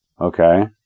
Okay